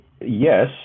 yes